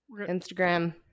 Instagram